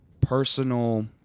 personal